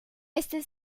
este